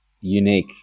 unique